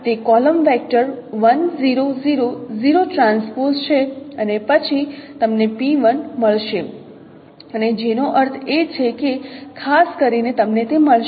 તે column vector છે અને પછી તમને p1 મળશે અને જેનો અર્થ એ છે કે ખાસ કરીને તમને તે મળશે